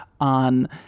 on